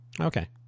Okay